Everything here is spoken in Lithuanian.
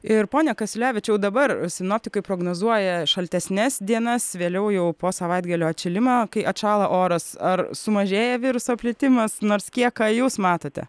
ir pone kasiulevičiau dabar sinoptikai prognozuoja šaltesnes dienas vėliau jau po savaitgalio atšilimą kai atšąla oras ar sumažėja viruso plitimas nors kiek ką jūs matote